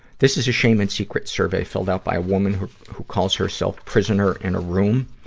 this is a shame and secret survey filled out by a woman who, who calls herself prisoner in a room.